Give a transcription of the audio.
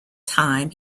time